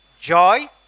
joy